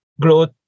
growth